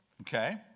okay